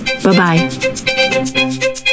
Bye-bye